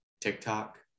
TikTok